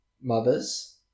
mothers